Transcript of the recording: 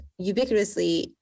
ubiquitously